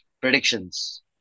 Predictions